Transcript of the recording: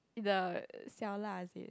the 小辣姐:Xiao La Jie